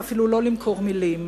ואפילו לא למכור מלים.